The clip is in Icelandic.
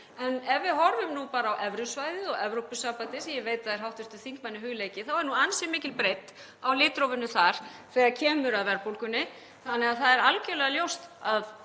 En ef við horfum bara á evrusvæðið og Evrópusambandið, sem ég veit að er hv. þingmanni hugleikið, þá er nú ansi mikil breidd á litrófinu þar þegar kemur að verðbólgunni. Þannig að það er algerlega ljóst að